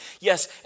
Yes